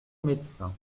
médecins